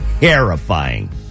terrifying